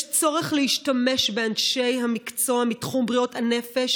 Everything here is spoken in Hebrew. יש צורך להשתמש באנשי המקצוע מתחום בריאות הנפש